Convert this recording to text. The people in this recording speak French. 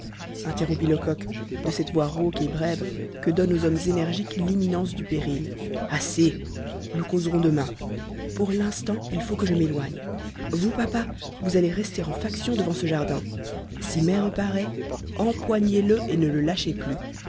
interrompit lecoq de cette voix rauque et brève que donne aux hommes énergiques l'imminence du péril assez nous causerons demain pour l'instant il faut que je m'éloigne vous papa vous allez rester en faction devant ce jardin si mai reparaît empoignez le et ne le lâchez plus